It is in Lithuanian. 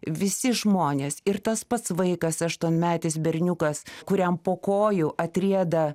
visi žmonės ir tas pats vaikas aštuonmetis berniukas kuriam po kojų atrieda